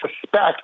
suspect